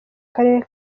karere